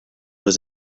was